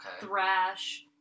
thrash